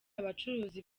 abacuruzi